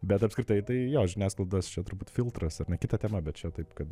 bet apskritai tai jo žiniasklaidos čia turbūt filtras ar ne kita tema bet čia taip kad